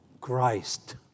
Christ